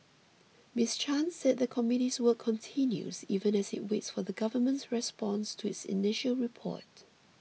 Miss Chan said the committee's work continues even as it waits for the Government's response to its initial report